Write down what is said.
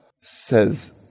says